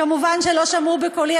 כמובן שלא שמעו בקולי.